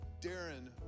Darren